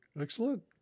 Excellent